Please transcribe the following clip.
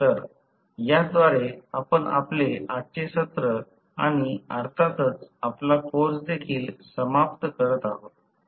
तर याद्वारे आपण आपले आजचे सत्र आणि अर्थातच आपला कोर्स देखील समाप्त करत आहोत